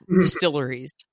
distilleries